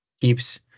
keeps